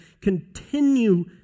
continue